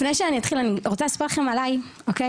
לפני שאני אתחיל, אני רוצה לספר לכם עליי, אוקיי?